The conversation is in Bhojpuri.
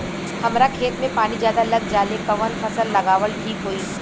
हमरा खेत में पानी ज्यादा लग जाले कवन फसल लगावल ठीक होई?